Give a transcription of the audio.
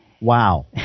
Wow